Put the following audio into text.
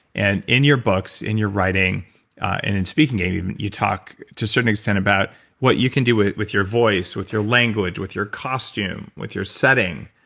and in your books, in your writing and in speaking game you talk to a certain extent about what you can do it with your voice, with your language, with your costume, with your setting.